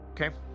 okay